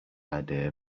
idea